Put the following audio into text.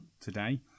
today